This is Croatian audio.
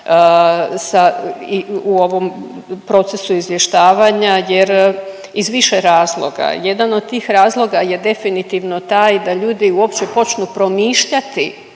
u ovom procesu izvještavanja jer iz više razloga. Jedan od tih razloga je definitivno taj da ljudi uopće počnu promišljati